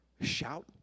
Shout